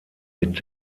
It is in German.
mit